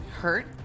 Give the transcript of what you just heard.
hurt